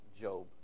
Job